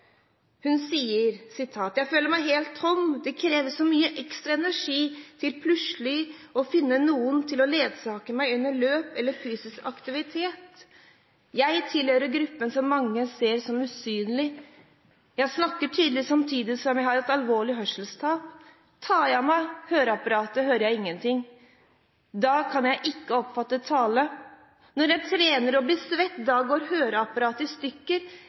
Hun sier: «Jeg føler meg helt tom. Det kreves så mye ekstra energi til plutselig å finne noen til å ledsage meg under løp eller til fysisk aktivitet. Jeg tilhører gruppen som mange ser som usynlig. Jeg snakker tydelig samtidig som jeg har et alvorlig hørselstap. Tar jeg av høreapparatet hører jeg ingenting. Da kan jeg ikke oppfatte tale. Når jeg trener blir jeg svett og da går høreapparatet i stykker.